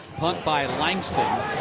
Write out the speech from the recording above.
punt by langston,